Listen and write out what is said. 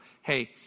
hey